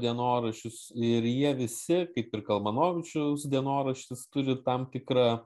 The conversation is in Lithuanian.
dienoraščius ir jie visi kaip ir kalmanovičiaus dienoraštis turi tam tikrą